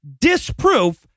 disproof